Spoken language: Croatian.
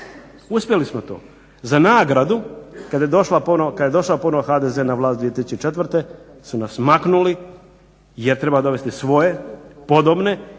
Uspjeli smo to. Za nagradu kad je došao ponovo HDZ na vlast 2004. su nas maknuli, jer treba dovesti svoje, podobne